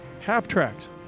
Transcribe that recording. half-tracks